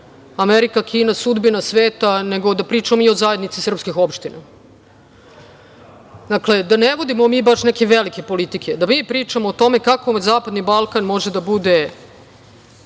Amerika, Kina, sudbina sveta, nego da pričamo mi o zajednici srpskih opština. Dakle, da ne vodimo mi baš neki veliki politike, da mi pričamo o tome kako zapadani Balkan može da bude